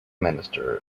minister